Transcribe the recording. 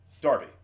Darby